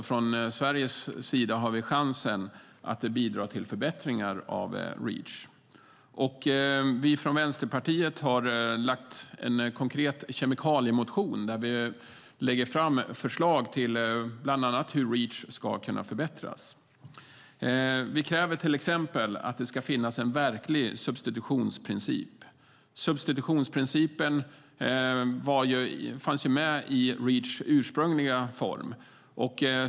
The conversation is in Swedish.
Från Sveriges sida har vi chansen att bidra till förbättringar av Reach. Vi från Vänsterpartiet har väckt en konkret kemikaliemotion där vi lägger fram förslag till bland annat hur Reach kan förbättras. Vi kräver till exempel att det ska finnas en verklig substitutionsprincip. Substitutionsprincipen fanns med i Reach ursprungliga form.